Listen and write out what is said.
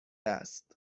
است